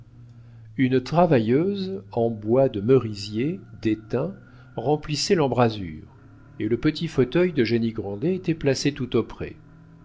une travailleuse en bois de merisier déteint remplissait l'embrasure et le petit fauteuil d'eugénie grandet était placé tout auprès